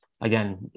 again